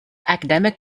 academic